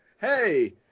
Hey